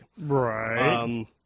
Right